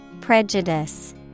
Prejudice